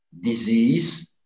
disease